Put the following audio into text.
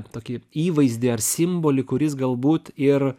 tokį įvaizdį ar simbolį kuris galbūt ir